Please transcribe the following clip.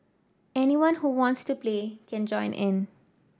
anyone who wants to play can join in